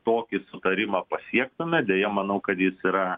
tokį sutarimą pasiektume deja manau kad jis yra